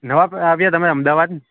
નવા આવ્યા તમે અમદાવાદ